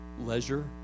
leisure